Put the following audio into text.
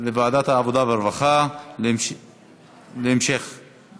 לוועדת העבודה, הרווחה והבריאות נתקבלה.